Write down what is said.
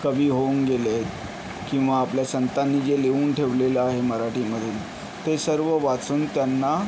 कवी होऊन गेलेत किंवा आपल्या संतांनी जे लिहून ठेवलेलं आहे मराठीमधून ते सर्व वाचून त्यांना